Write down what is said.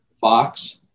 Fox